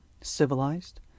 civilized